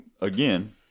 again